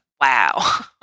wow